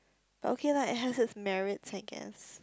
but okay lah it has it merits I guess